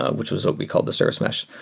ah which was what we called the service mesh,